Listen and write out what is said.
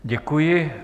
Děkuji.